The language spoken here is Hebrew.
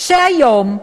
במרס 2015 היו הבחירות,